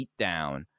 beatdown